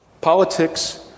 Politics